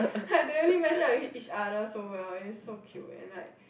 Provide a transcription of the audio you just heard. like they are really match up with each other so well it's so cute and I